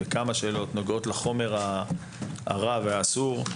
וכמה שאלות נוגעות לחומר הרע והאסור.